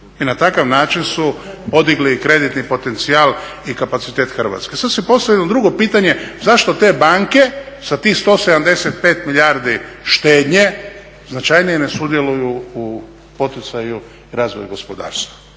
I na takav način su podigli kreditni potencijal i kapacitet Hrvatske. Sad se postavlja jedno drugo pitanje zašto te banke sa tih 175 milijardi štednje značajnije ne sudjeluju u poticaju i razvoju gospodarstva.